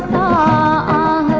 aa